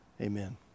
Amen